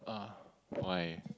uh why